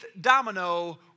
domino